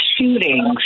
shootings